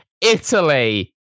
Italy